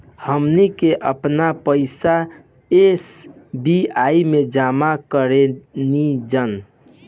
हमनी के आपन पइसा एस.बी.आई में जामा करेनिजा